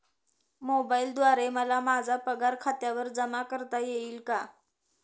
मोबाईलद्वारे मला माझा पगार खात्यावर जमा करता येईल का?